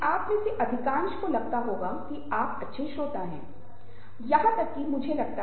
हमें संवाद करना होगा लोगों से अपनी भाषा में बात करना जरूरी है